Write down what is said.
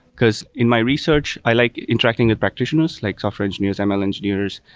because in my research, i like interacting with practitioners, like software engineers, and ml engineers,